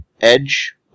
edge